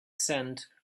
scent